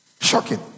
Shocking